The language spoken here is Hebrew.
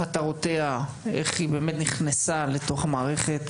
על מטרותיה, איך היא נכנסה לתוך המערכת